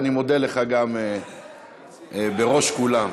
אני מודה לך גם בראש כולם.